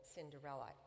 Cinderella